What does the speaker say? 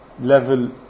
level